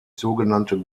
sogenannte